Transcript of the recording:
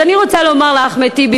אז אני רוצה לומר לאחמד טיבי,